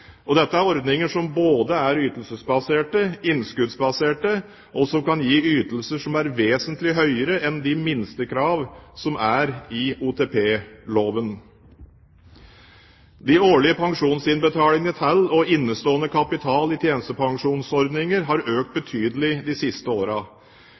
000. Dette er ordninger som både er ytelsesbaserte og innskuddsbaserte, og som kan gi ytelser som er vesentlig høyere enn de minstekrav som er i OTP-loven. De årlige pensjonsinnbetalingene til og innestående kapital i tjenestepensjonsordningene har økt